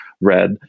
read